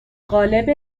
قالب